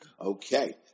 okay